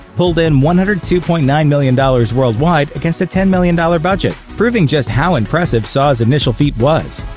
pulled in one hundred and two point nine million dollars worldwide against a ten million dollars budget, proving just how impressive saw's initial feat was.